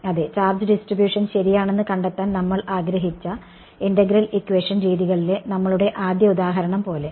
അതെ charge distribution ശരിയാണെന്ന് കണ്ടെത്താൻ നമ്മൾ ആഗ്രഹിച്ച ഇന്റഗ്രൽ ഇക്വേഷൻ രീതികളിലെ നമ്മളുടെ ആദ്യ ഉദാഹരണം പോലെ